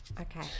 Okay